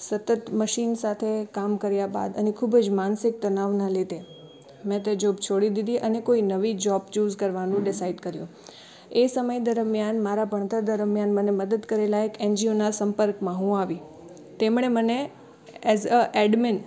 સતત મશિન સાથે કામ કર્યા બાદ અને ખૂબ જ માનસિક તણાવનાં લીધે મેં તે જોબ છોડી દીધી અને કોઇ નવી જોબ ચૂઝ કરવાનું ડિસાઇડ કર્યું એ સમય દરમ્યાન મારા ભણતર દરમ્યાન મને મદદ કરેલાં એક એન જી ઓના સંપર્કમાં હું આવી તેમણે મને એઝ અ એડમિન